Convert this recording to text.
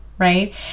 Right